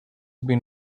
been